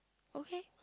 okay